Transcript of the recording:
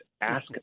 Ask